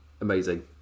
amazing